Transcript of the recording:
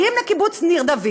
באים לקיבוץ ניר דוד